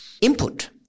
input